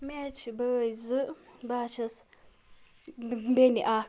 مےٚ حظ چھِ بٲے زٕ بہٕ حظ چھَس بیٚنہِ اَکھ